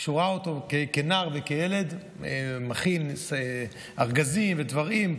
כשהוא ראה אותו כנער וכילד מכין ארגזים ודברים,